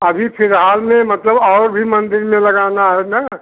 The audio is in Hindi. अभी फ़िलहाल में मतलब और भी मंदिर में लगाना है ना